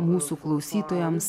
mūsų klausytojams